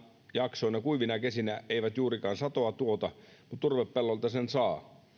jaksoina kuivina kesinä eivät juurikaan satoa tuota mutta turvepellolta sen saa